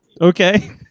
Okay